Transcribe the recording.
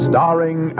Starring